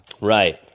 Right